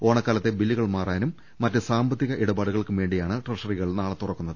ഓണക്കാലത്തെ ബില്ലുകൾ മാറാനും മറ്റ് സാമ്പത്തിക ഇടപാടു കൾക്കും വേണ്ടിയാണ് ട്രഷറികൾ നാളെ തുറക്കുന്നത്